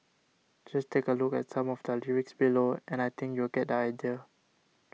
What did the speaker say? just take a look at some of the lyrics below and I think you'll get idea